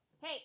Hey